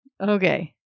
Okay